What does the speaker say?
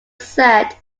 said